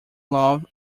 love